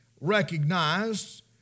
recognized